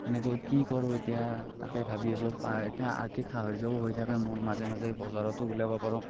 এনেকৈ কি কৰোঁ এতিয়া তাকেই ভাবি আছো তাৰ পৰা এতিয়া আৰ্থিক সাহাৰ্য্যও হৈ থাকে মোৰ মানে মাজে মাজে বজাৰতো উলিয়াব পাৰোঁ